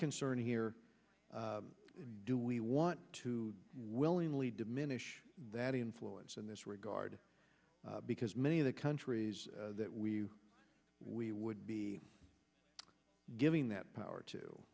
concern here do we want to willingly diminish that influence in this regard because many of the countries that we we would be giving that power to